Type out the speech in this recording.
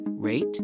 Rate